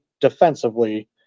defensively